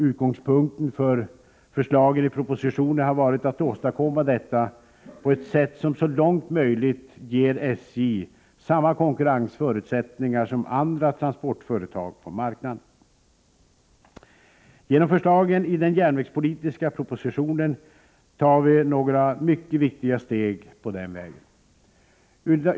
Utgångspunkten för förslagen i propositionen har varit att åstadkomma detta på ett sätt som så långt möjligt ger SJ samma konkurrensförutsättningar som andra transportföretag på marknaden. Genom förslagen i den järnvägspolitiska propositionen tar vi några mycket viktiga steg på den vägen.